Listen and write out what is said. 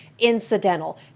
Incidental